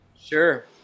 Sure